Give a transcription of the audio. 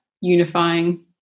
unifying